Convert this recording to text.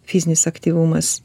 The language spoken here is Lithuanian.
fizinis aktyvumas